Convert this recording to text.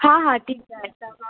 हा हा ठीकु आहे त मां